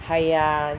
!haiya!